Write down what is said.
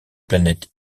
planète